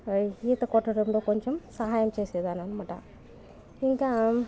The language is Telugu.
ఈత కొట్టడంలో కొంచెం సహాయం చేసేదాన్ననమాట